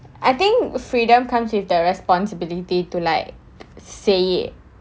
I think freedom comes with the responsibility to like say it